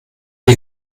den